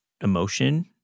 emotion